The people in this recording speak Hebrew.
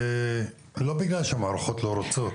לא כי המערכות לא רוצות